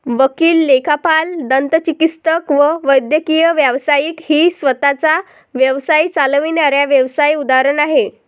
वकील, लेखापाल, दंतचिकित्सक व वैद्यकीय व्यावसायिक ही स्वतः चा व्यवसाय चालविणाऱ्या व्यावसाय उदाहरण आहे